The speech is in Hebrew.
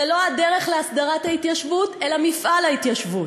לא הדרך להסדרת ההתיישבות אלא מפעל ההתיישבות.